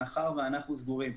מאחר ואנחנו סגורים.